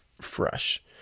fresh